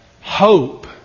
Hope